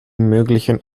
möglichen